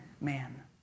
man